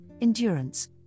endurance